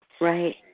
Right